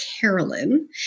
Carolyn